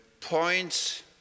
points